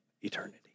eternity